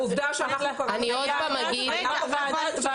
יש